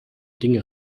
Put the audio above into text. dinge